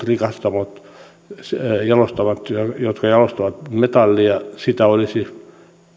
rikastamoja jotka jalostavat metallia sitä olisi